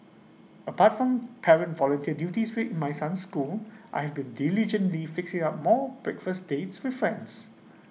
apart from parent volunteer duties in my son's school I have been diligently fixing up more breakfast dates with friends